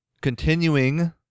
continuing